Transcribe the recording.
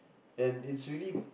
and it's really